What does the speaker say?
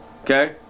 Okay